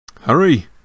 Hurry